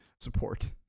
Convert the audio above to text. support